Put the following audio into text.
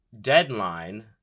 Deadline